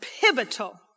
pivotal